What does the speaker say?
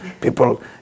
people